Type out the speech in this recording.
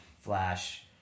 Flash